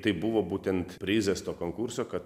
tai buvo būtent prizas to konkurso kad